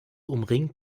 umringt